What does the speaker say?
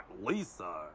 Lisa